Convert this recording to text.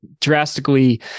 drastically